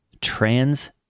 Trans